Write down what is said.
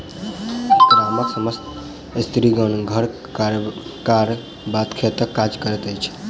गामक समस्त स्त्रीगण घर कार्यक बाद खेतक काज करैत छल